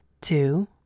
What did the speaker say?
two